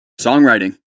songwriting